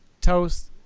Toast